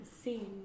seen